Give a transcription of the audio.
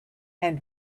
and